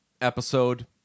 episode